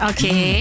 Okay